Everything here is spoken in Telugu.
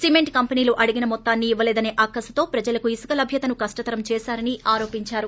సిమెంట్ కంపెనీలు అడిగిన మొత్తాన్ని ఇవ్వలేదసే అక్కసుతో ప్రజలకు ఇసుక లభ్యతను కష్షతరం చేశారని ఆరోపించారు